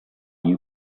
you